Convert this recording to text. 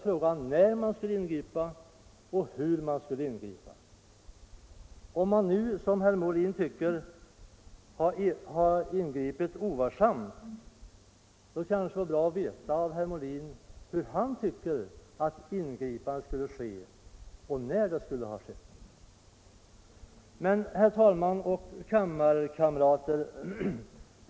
Frågan var när man skulle ingripa och hur man skulle ingripa. Om man nu som herr Molin tycker att ingripandet skedde ovarsamt, då vore det bra att få veta hur och när herr Molin tycker att ingripandet skulle ha skett. Herr talman och kammarkamrater!